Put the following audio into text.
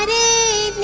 and a